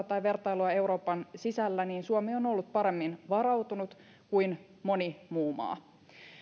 tai vertailua euroopan sisällä niin suomi on on ollut paremmin varautunut kuin moni muu maa